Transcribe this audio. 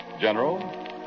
General